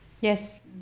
yes